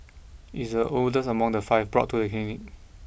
it is the oldest among the five brought to the clinic